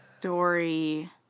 Dory